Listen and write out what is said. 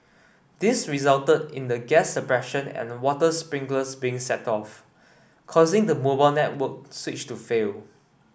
this resulted in the gas suppression and water sprinklers being set off causing the mobile network switch to fail